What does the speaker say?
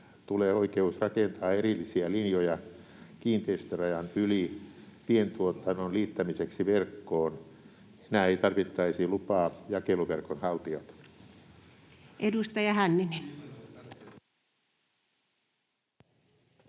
tulee oikeus rakentaa erillisiä linjoja kiinteistörajan yli pientuotannon liittämiseksi verkkoon. Enää ei tarvittaisi lupaa jakeluverkon haltijalta. [Arto Satonen: